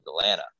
Atlanta